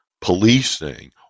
policing